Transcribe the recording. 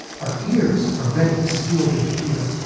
our ears are ready to steal a bit here,